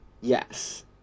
yes